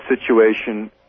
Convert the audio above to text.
situation